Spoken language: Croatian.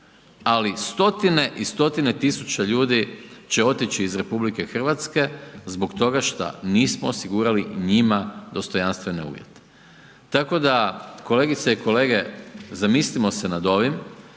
Ali, stotine i stotine tisuća ljudi će otići iz RH zbog toga što nismo osigurali njima dostojanstvene uvjete. Tako da, kolegice i kolege, zamislimo se nad ovim